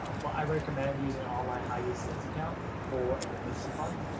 but i recommend using an online high use savings account for an emergency fund